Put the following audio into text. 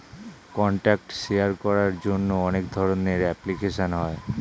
contact share করার জন্য অনেক ধরনের অ্যাপ্লিকেশন হয়